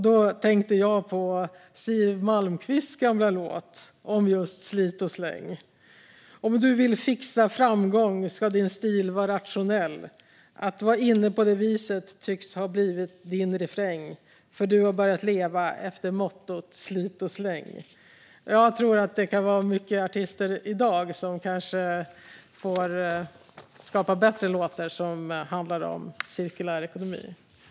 Då tänker jag på Siw Malmkvists gamla låt om just slit och släng: Om du vill fixa framgång skall din stil va rationell, Att va inne på det viset tycks ha blivit din refrängFör du har börjat leva efter mottot slit och släng. Jag tror att det kan finnas artister i dag som kan skapa bättre låtar som handlar om cirkulär ekonomi.